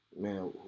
Man